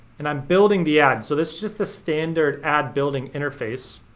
and i'm building the ad, so that's just the standard ad building interface,